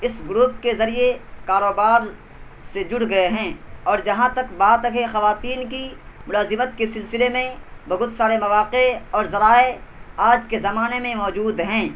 اس group کے ذریعے کاروبار سے جڑ گئے ہیں اور جہاں تک بات ہے خواتین کی ملازمت کے سلسلے میں بہت سارے مواقع اور ذرائع آج کے زمانے میں موجود ہیں